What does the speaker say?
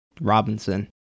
Robinson